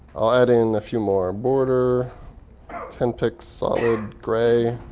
i'll add in a few more border ten px, solid gray,